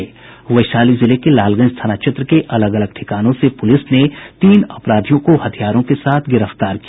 वैशाली जिले के लालगंज थाना क्षेत्र के अलग अलग ठिकानों से पुलिस ने तीन अपराधियों को हथियारों के साथ गिरफ्तार किया